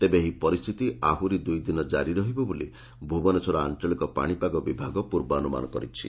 ତେବେ ଏହି ପରିସ୍ଥିତି ଆହୁରି ଦୁଇ ଦିନ କାରି ରହିବ ବୋଲି ଭୁବନେଶ୍ୱର ଆଞ୍ଚଳିକ ପାଶିପାଗ ବିଭାଗ ପୂର୍ବାନୁମାନ କରିଛି